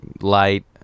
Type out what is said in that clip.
light